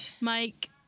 Mike